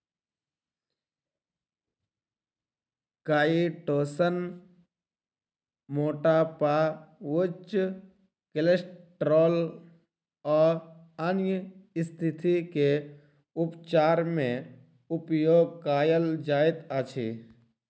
chitosan मोटापा उच्च cholesterol आ अन्य स्तिथि के उपचार मे उपयोग कायल जाइत अछि